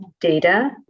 data